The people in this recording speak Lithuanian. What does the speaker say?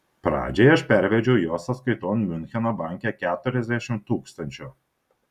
pradžiai aš pervedžiau jo sąskaiton miuncheno banke keturiasdešimt tūkstančių